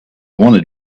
wanted